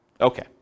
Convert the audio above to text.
Okay